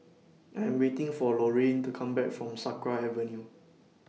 I Am waiting For Lorayne to Come Back from Sakra Avenue